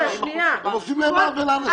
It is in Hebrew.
עושים עוול לנשים האלה.